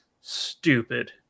stupid